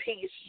peace